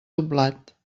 doblat